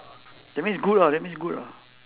that means good ah that means good ah